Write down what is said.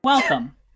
Welcome